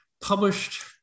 published